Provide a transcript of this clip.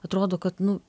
atrodo kad nu